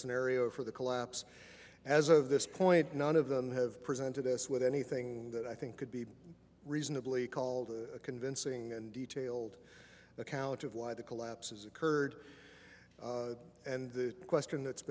scenario for the collapse as of this point none of them have presented us with anything that i think could be reasonably called convincing and detailed account of why the collapses occurred and the question that's